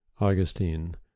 Augustine